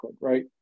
right